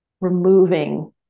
removing